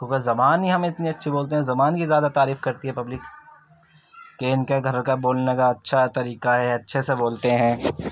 کیونکہ زبان ہی ہم اتنی اچھی بولتے ہیں زبان کی زیادہ تعریف کرتی ہے پبلک کہ ان کے گھر کا بولنے کا اچھا طریقہ ہے اچھے سے بولتے ہیں